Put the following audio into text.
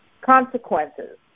consequences